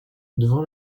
devant